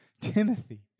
Timothy